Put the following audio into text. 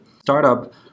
startup